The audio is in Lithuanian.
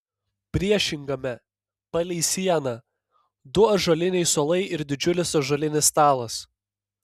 priešingame palei sieną du ąžuoliniai suolai ir didžiulis ąžuolinis stalas